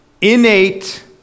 innate